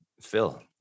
Phil